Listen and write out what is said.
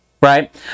right